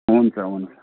हुन्छ हुन्छ